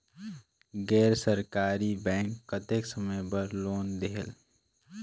गैर सरकारी बैंक कतेक समय बर लोन देहेल?